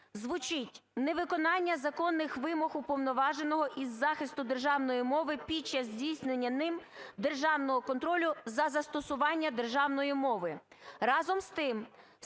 звучить: "Невиконання законних вимог Уповноваженого із захисту державної мови під час здійснення ним державного контролю за застосуванням державної мови".